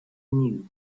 knew